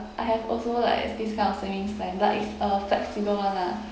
I have also like this kind of savings plan like it's a flexible [one] lah